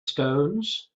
stones